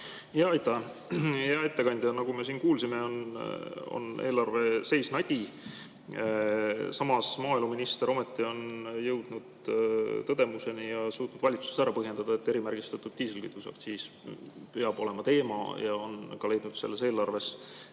Aitäh! Hea ettekandja! Nagu me siin kuulsime, on eelarve seis nadi. Samas on maaeluminister ometi jõudnud tõdemuseni ja suutnud valitsuses ära põhjendada, et erimärgistatud diislikütuse aktsiis peab olema teema. Ja see on ka leidnud selles eelarves